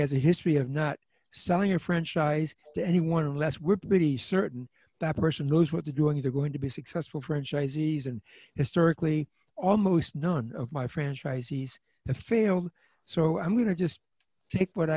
has a history of not selling your franchise to anyone unless we're pretty certain that person knows what they're doing they're going to be successful franchisees and historically almost none of my franchisees and failed so i'm going to just take what